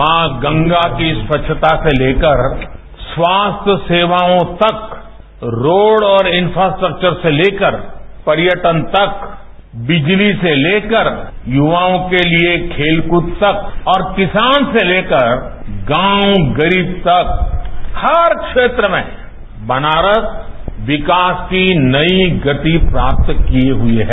मां गंगा की स्वच्छता से लेकर स्वास्थ्य सेवाओं तक रोड़ और इन्फ्रास्ट्रक्वर से लेकर पर्यटन तक बिजली से लेकर युवाओं के लिए खेलकूद तक और किसान से लेकर गांव गरीब तक हर क्षेत्र में बनारस विकास की नई गति प्राप्त किये हुए है